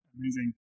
Amazing